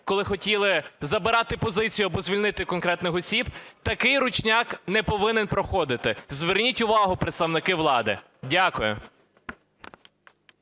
коли хотіли забирати позицію або звільнити конкретних осіб, такий "ручняк" не повинен проходити. Звернуть увагу, представники влади. Дякую.